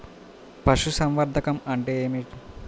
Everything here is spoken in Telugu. పశుసంవర్ధకం అనగా ఏమి?